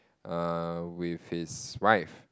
err with his wife